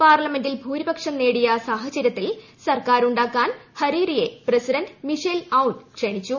പാർലമെന്റിൽ ഭൂരിപക്ഷം നേടിയ സാഹചര്യത്തിൽ സർക്കാരുണ്ടാക്കാൻ ഹരീരിയെ പ്രസിഡന്റ് മിഷേൽ ഔൻ ക്ഷണിച്ചു